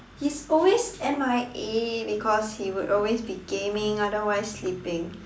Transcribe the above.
he's always M_I_A because he would always be gaming otherwise sleeping